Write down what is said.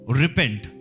repent